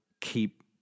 keep